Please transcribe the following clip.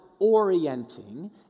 orienting